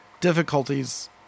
difficulties